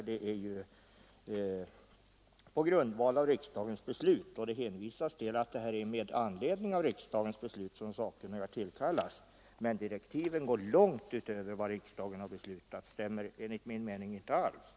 Det hänvisas alltså till att det är med anledning av riksdagens beslut som sakkunniga tillkallas, men direktiven går långt utöver vad riksdagen har beslutat. Det stämmer enligt min mening inte alls.